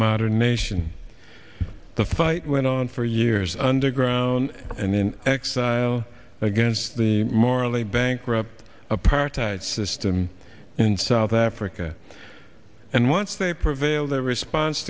modern nation the fight went on for years underground and in exile against the morally bankrupt apartheid system in south africa and once they prevail their response